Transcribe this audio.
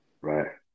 right